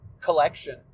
collection